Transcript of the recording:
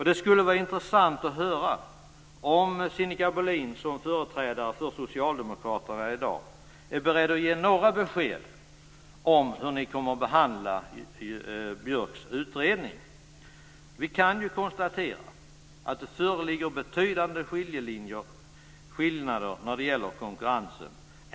Det skulle vara intressant att höra om Sinikka Bohlin, som företräder socialdemokraterna i dag, är beredd att ge några besked om hur ni kommer att behandla Björks utredning. Vi kan konstatera att det föreligger betydande skillnader i konkurrensuppfattning.